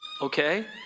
Okay